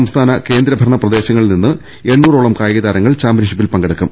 സംസ്ഥാന കേന്ദ്രഭരണ പ്രദേശങ്ങളിൽ നിന്ന് എണ്ണൂറോളം കായികതാരങ്ങൾ ചാമ്പ്യൻഷിപ്പിൽ പങ്കെ ടുക്കും